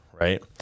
right